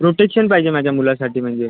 protection पाहिजे माझ्या मुलासाठी म्हणजे